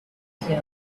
soon